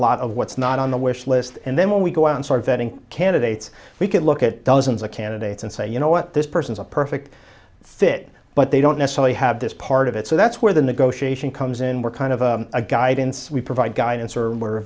lot of what's not on the wish list and then when we go on sort of vetting candidates we could look at dozens of candidates and say you know what this person is a perfect fit but they don't necessarily have this part of it so that's where the negotiation comes in we're kind of a guidance we provide guidance or were